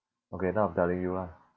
okay now I'm telling you lah